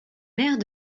mère